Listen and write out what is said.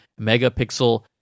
megapixel